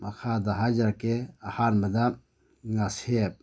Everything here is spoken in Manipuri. ꯃꯈꯥꯗ ꯍꯥꯏꯖꯔꯛꯀꯦ ꯑꯍꯥꯟꯕꯗ ꯉꯥꯁꯦꯞ